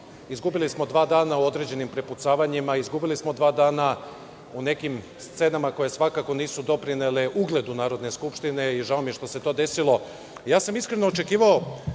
izgubili smo dva dana u određenim prepucavanjima. Izgubili smo dva dana u nekim scenama koje svakako nisu doprinele ugledu Narodne skupštine i žao mi je što se to desilo. Iskreno sam očekivao